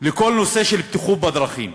לכל הנושא של בטיחות בדרכים.